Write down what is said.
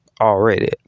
Already